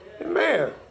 Amen